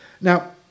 Now